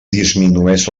disminueix